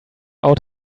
out